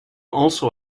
also